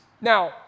Now